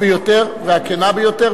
חבר הכנסת רוברט אילטוב.